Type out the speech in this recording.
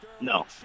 No